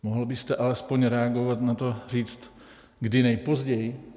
Mohl byste alespoň reagovat na to, říct, kdy nejpozději?